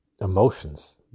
emotions